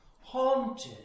haunted